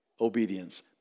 obedience